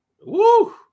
Woo